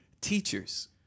Teachers